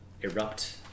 erupt